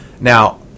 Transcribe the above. Now